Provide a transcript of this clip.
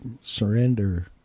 surrender